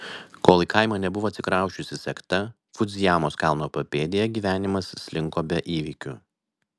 kol į kaimą nebuvo atsikrausčiusi sekta fudzijamos kalno papėdėje gyvenimas slinko be įvykių